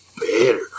better